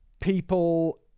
people